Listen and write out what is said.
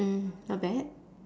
mm not bad